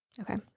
Okay